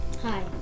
Hi